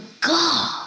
God